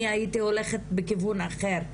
אני הייתי הולכת בכיוון אחר,